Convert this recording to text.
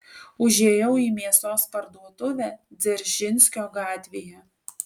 užėjau į mėsos parduotuvę dzeržinskio gatvėje